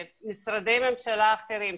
משרדי ממשלה אחרים,